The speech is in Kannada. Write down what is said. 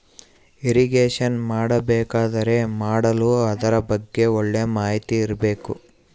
ಇರಿಗೇಷನ್ ಮಾಡಬೇಕಾದರೆ ಮಾಡಲು ಅದರ ಬಗ್ಗೆ ಒಳ್ಳೆ ಮಾಹಿತಿ ಇರ್ಬೇಕು